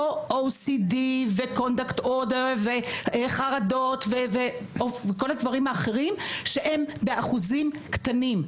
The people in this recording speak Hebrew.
OCD ו- Contact Order וחרדות וכל הדברים האחרים שהם באחוזים קטנים,